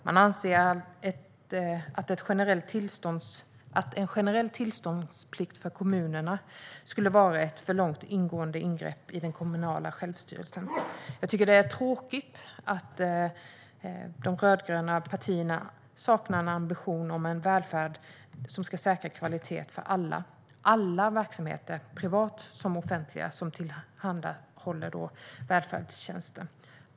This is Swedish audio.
Man anser att en generell tillståndsplikt för kommunerna skulle vara ett för stort ingrepp i den kommunala självstyrelsen. Jag tycker att det är tråkigt att de rödgröna partierna saknar ambitionen om en välfärd som ska säkra kvalitet för alla verksamheter, privat som offentlig, som tillhandahåller välfärdstjänster.